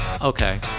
Okay